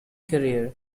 career